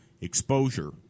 exposure